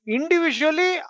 Individually